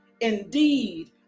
Indeed